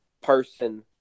person